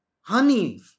honey